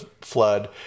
Flood